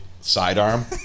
sidearm